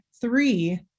three